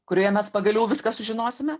kurioje mes pagaliau viską sužinosime